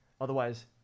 Otherwise